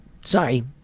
Sorry